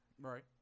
Right